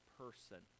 person